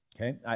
Okay